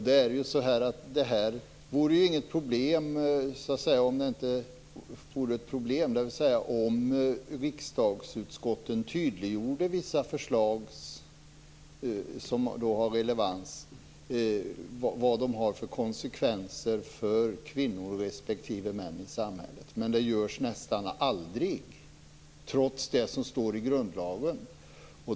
Det här vore inget problem om riksdagsutskotten tydliggjorde vissa förslag som har relevans för olika konsekvenser för kvinnor respektive män i samhället. Men det görs nästan aldrig, trots det som står i grundlagen.